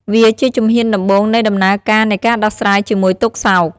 វាជាជំហានដំបូងនៃដំណើរការនៃការដោះស្រាយជាមួយទុក្ខសោក។